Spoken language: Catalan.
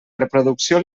reproducció